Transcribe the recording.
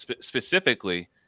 Specifically